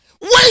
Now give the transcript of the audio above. Wait